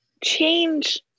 change